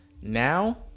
Now